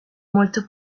molto